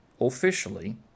officially